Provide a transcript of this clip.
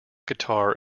guitar